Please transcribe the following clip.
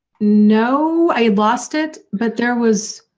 no, i lost it, but there was.